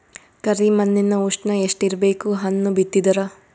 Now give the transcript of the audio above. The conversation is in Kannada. ಕರಿ ಮಣ್ಣಿನ ಉಷ್ಣ ಎಷ್ಟ ಇರಬೇಕು ಹಣ್ಣು ಬಿತ್ತಿದರ?